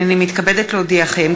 הנני מתכבדת להודיעכם,